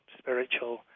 spiritual